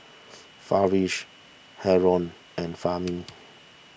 Farish Haron and Fahmi